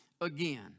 again